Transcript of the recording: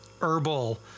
herbal